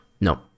no